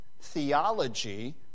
theology